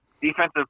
defensive